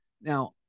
Now